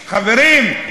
חברים,